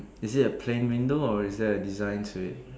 is it a plain window or is there a design to it